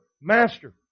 Master